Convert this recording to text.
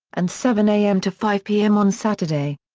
and seven am to five pm on saturday.